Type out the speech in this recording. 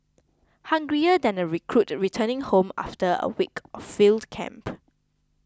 hungrier than a recruit returning home after a week of field camp